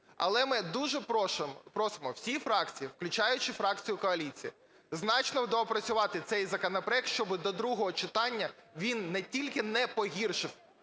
Але ми дуже просимо всі фракції, включаючи фракцію коаліції, значно доопрацювати цей законопроект, щоб до другого читання він не тільки не погіршив